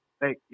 Hey